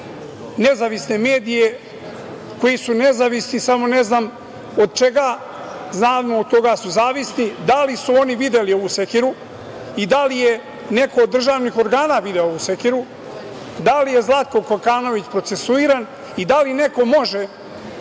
nezavisne medije, koji su nezavisni, samo ne znam od čega, znamo od koga su zavisni, da li su oni videli ovu sekiru, da li je neko od državnih organa video ovo sekiru, da li je Zlatko Kokanović procesuiran i da li neko može